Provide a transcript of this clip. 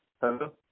Hello